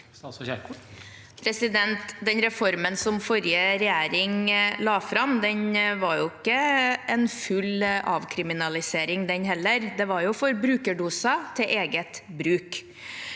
Den reformen som forrige regjering la fram, var jo ikke en full avkriminalisering den heller. Det var jo for brukerdoser til eget bruk.